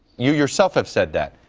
you yourself have said that.